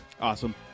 awesome